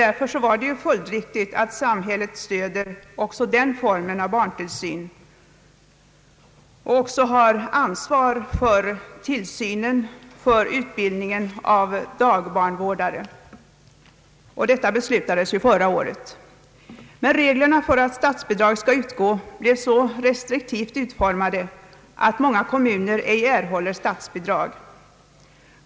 Därför var det följdriktigt att beslut fattades om att samhället skulle stödja också den formen av barntillsyn och även ha ansvar för tillsynen när det gäller utbildningen av dagbarnvårdare. Detta beslut fattades alltså förra året. Men reglerna för statsbidrag blev så restriktivt utformade att många kommuner inte fått sådant bidrag.